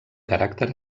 caràcter